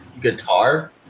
guitar